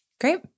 Great